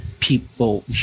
People